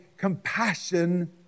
compassion